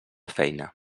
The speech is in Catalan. feina